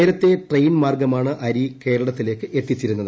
നേരത്തെ ട്രെയിൻ മാർഗമാണ് അരി കേരളത്തിലേക്ക് എത്തിച്ചിരുന്നത്